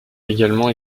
également